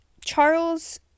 Charles